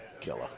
killer